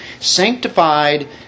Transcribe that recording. Sanctified